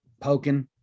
poking